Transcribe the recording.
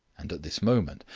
and at this moment,